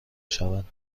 شوند